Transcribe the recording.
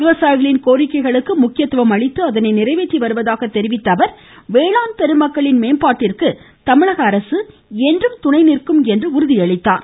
விவசாயிகளின் கோரிக்கைகளுக்கு முக்கியத்துவம் அளித்து அதனை நிறைவேற்றி வருவதாக தெரிவித்த அவர் வேளாண் பெருமக்களின் மேம்பாட்டிற்கு தமிழக அரசு என்றும் துணை நிற்கும் என்று உறுதியளித்தார்